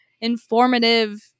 informative